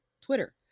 Twitter